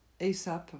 ASAP